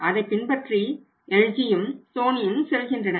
அதைப் பின்பற்றி எல்ஜியும் சோனியும் செல்கின்றன